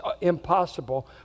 impossible